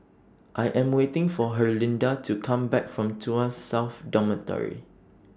I Am waiting For Herlinda to Come Back from Tuas South Dormitory